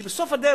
כי בסוף הדרך